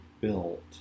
built